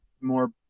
more